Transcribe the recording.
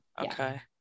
okay